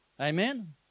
Amen